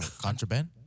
Contraband